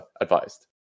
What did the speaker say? advised